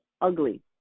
ugly